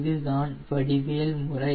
இதுதான் வடிவியல் முறை